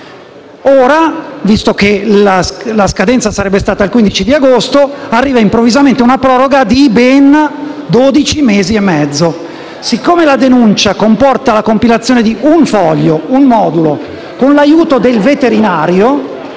Ora, visto che la scadenza sarebbe stata al 15 di agosto, arriva improvvisamente una proroga di ben dodici mesi e mezzo. Poiché la denuncia comporta la compilazione di un modulo con l'aiuto del veterinario